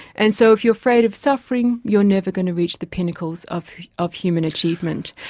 and so if you're afraid of suffering, you're never going to reach the pinnacles of of human achievement,